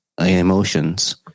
emotions